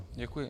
Děkuji.